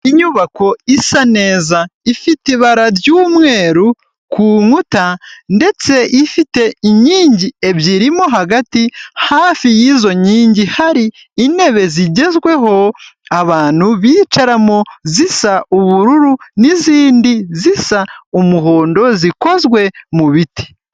Inyubako isa neza, ifite ibara ry'umweru ku nkuta ndetse ifite inkingi ebyiri mo hagati, hafi y'izo nkingi hari intebe zigezweho, abantu bicaramo zisa ubururu n'izindi zisa umuhondo zikozwe mu biti.